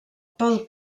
pel